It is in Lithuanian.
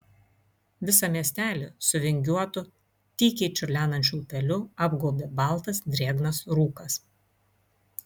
visą miesteli su vingiuotu tykiai čiurlenančiu upeliu apgaubė baltas drėgnas rūkas